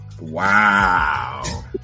Wow